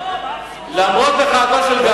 לא, מה הבשורה?